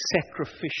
sacrificial